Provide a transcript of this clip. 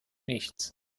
nichts